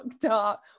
dark